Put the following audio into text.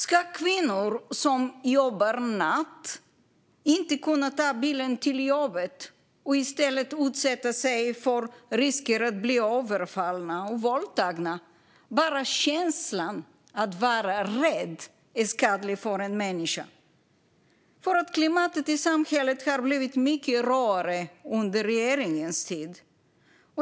Ska kvinnor som jobbar nattskift inte kunna ta bilen till jobbet och i stället utsätta sig för risken att bli överfallna och våldtagna? Bara känslan att vara rädd är skadlig för en människa. Klimatet i samhället har blivit mycket råare under regeringens tid.